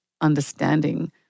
understanding